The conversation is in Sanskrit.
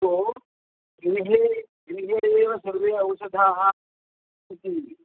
अस्तु गृहे गृहे एव सर्वे औषधाः सन्ति